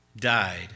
died